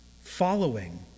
following